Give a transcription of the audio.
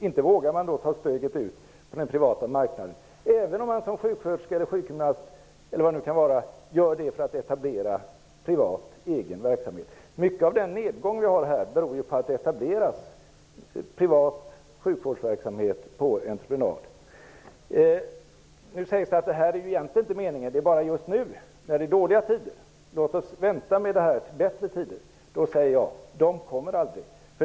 Inte vågar man då ta steget ut på den privata marknaden, även om man som t.ex. sjuksköterska eller sjukgymnast gör det för att etablera privat egen verksamhet! Stora delar av nedgången beror ju på att det etableras privat sjukvårdsverksamhet på entreprenad. Det sägs att förslaget bara skall gälla just nu när det är dåliga tider och att vi skall vänta till bättre tider. Då säger jag: De kommer aldrig.